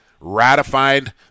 ratified